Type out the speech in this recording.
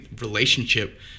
relationship